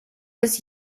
was